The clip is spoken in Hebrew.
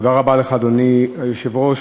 אדוני היושב-ראש,